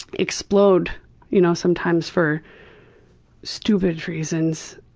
explode you know sometimes for stupid reasons.